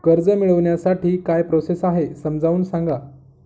कर्ज मिळविण्यासाठी काय प्रोसेस आहे समजावून सांगा